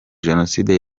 jenoside